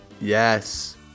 Yes